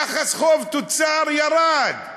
יחס חוב תוצר ירד,